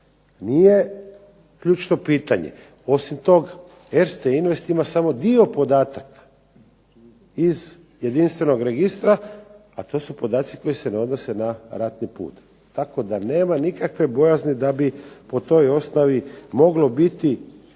nije ključno pitanje. Osim tog Erste invest ima samo dio podataka iz jedinstvenog registra, a to su podaci koji se ne odnose na ratni put. Tako da nema nikakve bojazni da bi po toj osnovi moglo biti